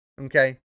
Okay